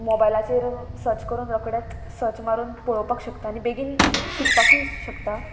मोबायलाचेर सर्च करून रोकडेच सर्च मारून पळोवपाक शकता आनी बेगीन शिकपाकूय शकता